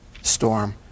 storm